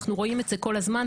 אנחנו רואים את זה כל הזמן,